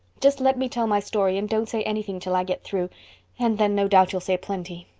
just let me tell my story and don't say anything till i get through and then no doubt you'll say plenty,